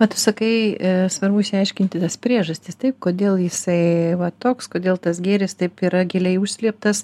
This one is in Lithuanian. na tu sakai svarbu išsiaiškinti tas priežastis taip kodėl jisai va toks kodėl tas gėris taip yra giliai užslėptas